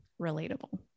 relatable